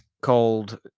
called